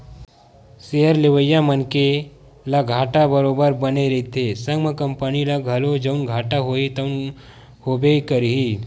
share लेवइया मनखे ल घाटा बरोबर बने रहिथे संग म कंपनी ल घलो जउन घाटा होही तउन होबे करही